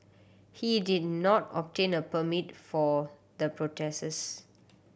he did not obtain a permit for the protests